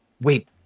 wait